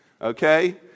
Okay